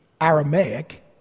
Aramaic